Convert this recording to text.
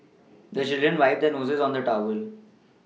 the children wipe their noses on the towel